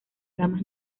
ramas